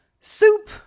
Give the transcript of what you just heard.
soup